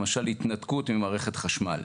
למשל התנתקות ממערכת חשמל,